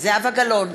זהבה גלאון,